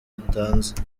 yatanze